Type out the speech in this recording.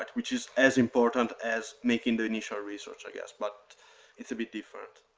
which is as important as making the initial research i guess, but it's a bit different.